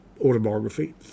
autobiography